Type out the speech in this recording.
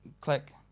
click